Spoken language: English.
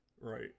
Right